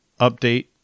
update